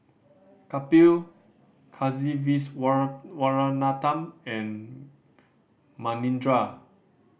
Kapil Kasiviswanathan and Manindra